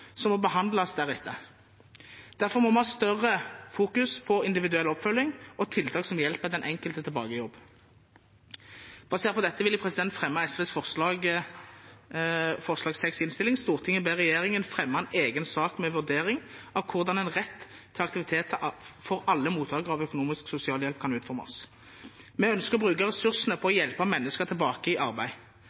som må behandles deretter. Derfor må vi fokusere mer på individuell oppfølging og tiltak som hjelper den enkelte tilbake i jobb. Basert på dette vil jeg fremme SVs forslag nr. 6 i innstillingen: «Stortinget ber regjeringen fremme en egen sak med vurdering av hvordan en rett til aktivitet for alle mottakere av økonomisk sosialhjelp kan utformes.» Vi ønsker å bruke ressursene på å hjelpe mennesker tilbake i arbeid.